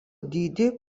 dydį